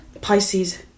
Pisces